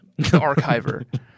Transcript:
Archiver